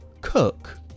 Cook